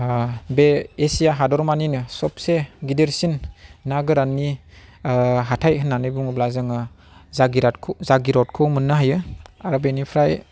बे एसिया हादोरमानिनो सबसे गिदिरसिन ना गोराननि हाथाय होननानै बुङोब्ला जोङो जागिर'डखौ मोननो हायो आरो बेनिफ्राय